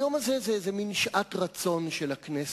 היום הזה הוא איזה מין שעת רצון של הכנסת,